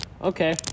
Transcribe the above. Okay